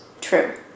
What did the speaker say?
True